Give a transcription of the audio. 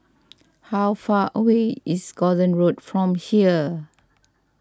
how far away is Gordon Road from here